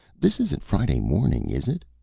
this isn't friday morning, is it?